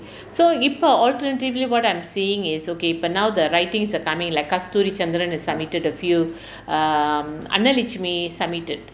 so இப்போ:ippo alternatively what I'm seeing is okay but now the writings are coming like kasturi chandran has submitted a few um annalakshmi submitted